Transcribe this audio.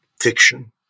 fiction